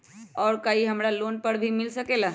और का इ हमरा लोन पर भी मिल सकेला?